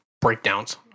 breakdowns